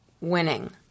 winning